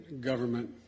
government